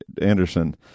Anderson